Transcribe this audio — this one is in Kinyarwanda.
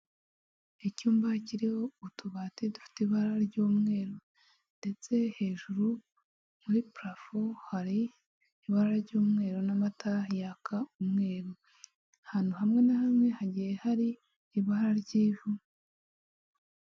Icyumba kiriho utubati dufite ibara ry'umweru, ndetse hejuru muri prafu hari ibara ry'umweru n'amata yaka umweru, ahantu hamwe na hamwe hagiye hari ibara ry'ivu.